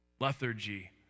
lethargy